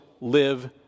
live